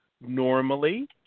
Normally